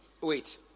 wait